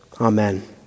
Amen